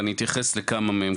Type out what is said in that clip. ואני אתייחס לכמה מהם.